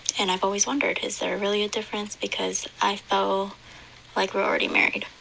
and i've always wondered, is there really a difference? because i feel like we're already married.